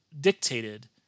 dictated